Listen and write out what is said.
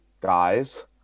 guys